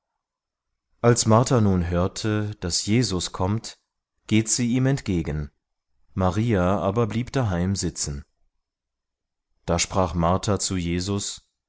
als martha nun hörte daß jesus kommt geht sie ihm entgegen maria aber blieb daheim sitzen da sprach martha zu jesus